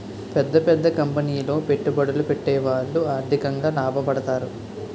పెద్ద పెద్ద కంపెనీలో పెట్టుబడులు పెట్టేవాళ్లు ఆర్థికంగా లాభపడతారు